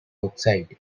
oxide